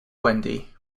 wendy